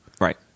right